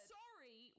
sorry